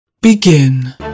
Begin